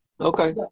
Okay